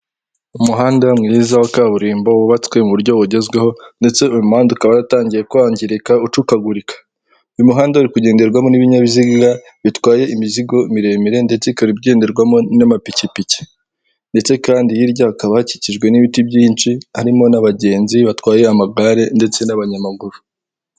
Umuhanda mwiza wa kaburimbo wubatswe mu buryo bugezweho ndetse uyu mahanda ukaba waratangiye kwangirika ucukagurika, uyu muhanda uri kugendendwamo n'ibinyabiziga bitwaye imizigo miremire ndetse ukaba ugenderwamo n'amapikipiki, ndetse kandi hirya hakaba hakikijwe n'ibiti byinshi harimo n'abagenzi batwaye amagare ndetse n'abanyamaguru.